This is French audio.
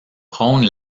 prône